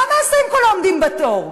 מה נעשה עם כל העומדים בתור?